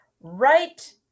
right